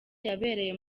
yabereye